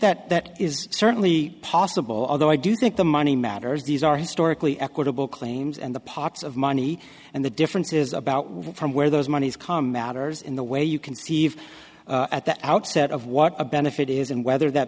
that that is certainly possible although i do think the money matters these are historically equitable claims and the pots of money and the difference is about where those monies come matters in the way you conceive at the outset of what a benefit is and whether that